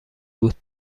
بود